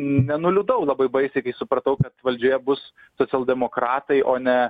nenuliūdau labai baisiai kai supratau kad valdžioje bus socialdemokratai o ne